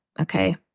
okay